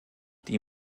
die